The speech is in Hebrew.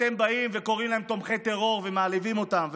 ואתם באים וקוראים להם תומכי טרור ומעליבים אותם.